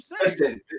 Listen